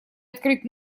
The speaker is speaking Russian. открыть